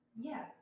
Yes